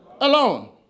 alone